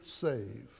save